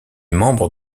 membres